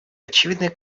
очевидный